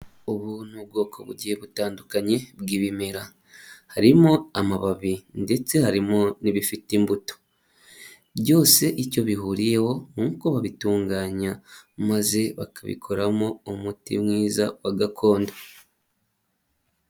Ubu ni ubwoko bugiye butandukanye bw'ibimera, harimo amababi ndetse harimo n'ibifite imbuto. Byose icyo bihuriyeho ni uko babitunganya maze bakabikoramo umuti mwiza wa gakondo.